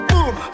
Boom